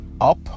up